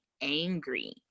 angry